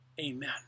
amen